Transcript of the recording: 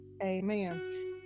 Amen